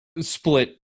Split